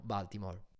Baltimore